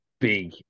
big